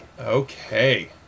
Okay